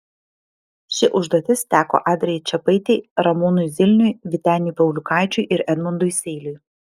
ši užduotis teko adrijai čepaitei ramūnui zilniui vyteniui pauliukaičiui ir edmundui seiliui